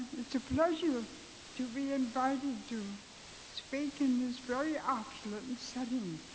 it's a pleasure to be invited to speak in this very um but and setting.